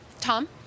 Tom